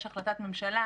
יש החלטת ממשלה,